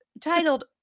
titled